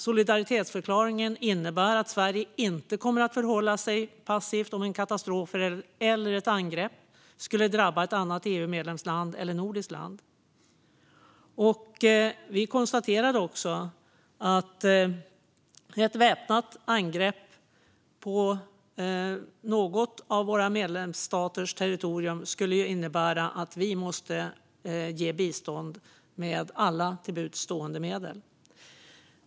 Solidaritetsförklaringen innebär att Sverige inte kommer att förhålla sig passivt om en katastrof eller ett angrepp skulle drabba ett annat EU-medlemsland eller nordiskt land. Vi konstaterade också att ett väpnat angrepp på något av medlemsstaternas territorium skulle innebära att vi måste ge bistånd med alla till buds stående medel.